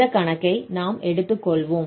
இந்த கணக்கை நாம் எடுத்துக்கொள்வோம்